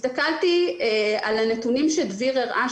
הסתכלתי על הנתונים שדביר הראה,